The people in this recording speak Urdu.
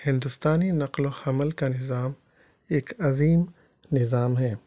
ہندوستانی نقل و حمل کا نظام ایک عظیم نظام ہے